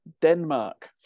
Denmark